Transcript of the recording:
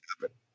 happen